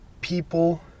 people